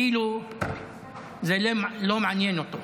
כאילו זה לא מעניין אותו.